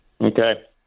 okay